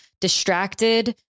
distracted